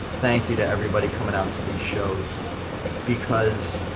thank you to everybody coming out to these shows because